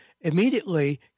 immediately